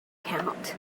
count